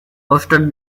hosted